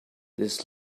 this